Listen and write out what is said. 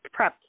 prepped